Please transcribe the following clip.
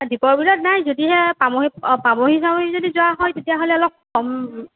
দ্বীপৰ বিলত নাই যদিহে পামহি পাভহি চাবহি যদি যোৱা হয় তেতিয়াহ'লে অলপ কম